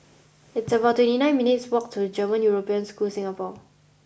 it's about twenty nine minutes' walk to German European School Singapore